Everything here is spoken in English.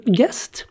guest